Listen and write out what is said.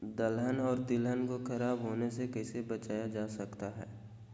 दलहन और तिलहन को खराब होने से कैसे बचाया जा सकता है?